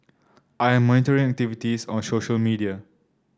I am monitoring activities on social media